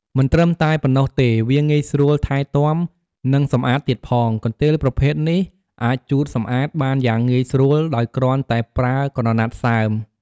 មិនត្រឹមតែប៉ុណ្ណោះទេ វាងាយស្រួលថែទាំ និងសម្អាតទៀតផង កន្ទេលប្រភេទនេះអាចជូតសម្អាតបានយ៉ាងងាយស្រួល ដោយគ្រាន់តែប្រើក្រណាត់សើម។